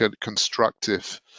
constructive